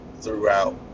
throughout